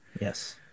Yes